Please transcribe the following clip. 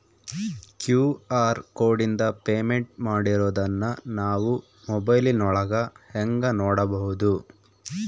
QR ಕೋಡಿಂದ payment ಮಾಡಿರೋದನ್ನ ನಾವು ಮೊಬೈಲಿನೊಳಗ ಹೆಂಗ ನೋಡಬಹುದು?